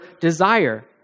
desire